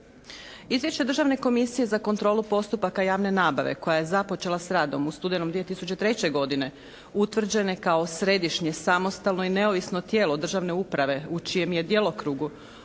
Izvješće Državne komisije za kontrolu postupaka javne nabave koja je započela s radom u studenom 2003. godine, utvrđene kao središnje, samostalno i neovisno tijelo državne uprave u čijem je djelokrugu